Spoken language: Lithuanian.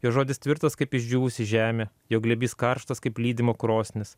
jo žodis tvirtas kaip išdžiūvusi žemė jo glėbys karštas kaip lydymo krosnis